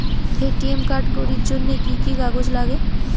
ATM card করির জন্যে কি কি কাগজ নাগে?